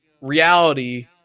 reality